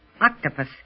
octopus